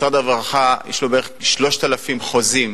משרד הרווחה, יש לו בערך 3,000 חוזים